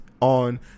on